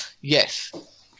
yes